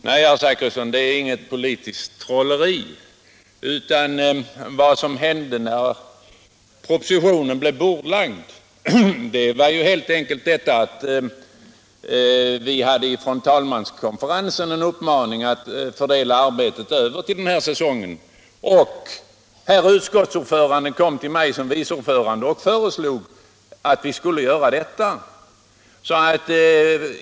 Herr talman! Nej, herr Zachrisson, det är inget politiskt trolleri. Vad som hände när propositionen blev bordlagd var helt enkelt att vi fick en uppmaning från talmanskonferensen att föra över en del av arbetet till höstsessionen. Utskottsordföranden kom till mig som vice ordförande och föreslog att vi skulle skjuta på det här ärendet.